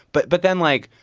but but then, like,